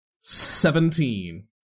Seventeen